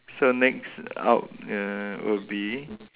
so next out err will be